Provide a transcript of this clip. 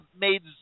made